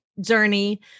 Journey